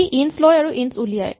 ই ইন্টছ লয় আৰু ইন্টছ উলিয়ায়